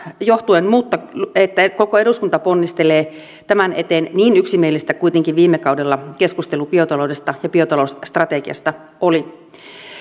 johtuen että koko eduskunta ponnistelee tämän eteen niin yksimielistä viime kaudella keskustelu biotaloudesta ja biotalousstrategiasta kuitenkin oli